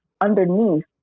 underneath